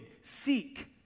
seek